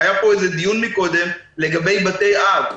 היה פה איזה דיון מקודם לגבי בתי אב.